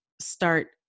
start